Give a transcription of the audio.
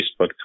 Facebook